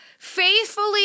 Faithfully